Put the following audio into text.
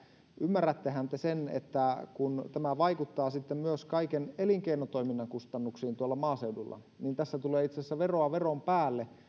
ymmärrättehän te sen että tämä vaikuttaa myös kaiken elinkeinotoiminnan kustannuksiin tuolla maaseudulla tässä tulee itse asiassa veroa veron päälle